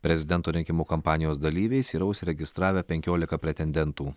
prezidento rinkimų kampanijos dalyviais yra užsiregistravę penkiolika pretendentų